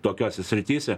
tokiose srityse